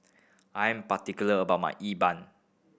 I am particular about my E ban